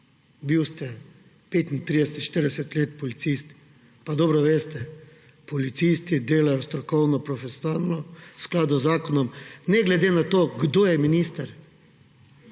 Bili ste 35, 40 let policist pa dobro veste, policisti delajo strokovno, profesionalno, v skladu z zakonom ne glede na to, kdo je minister.